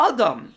Adam